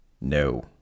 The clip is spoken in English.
No